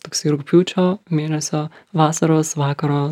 toksai rugpjūčio mėnesio vasaros vakaro